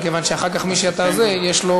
מכיוון שאחר כך, מי שאתה, יש לו